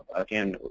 again,